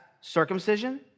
circumcision